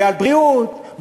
ועל בריאות,